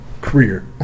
career